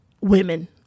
Women